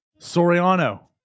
Soriano